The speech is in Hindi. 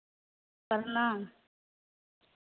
प्रणाम